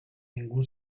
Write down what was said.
ningún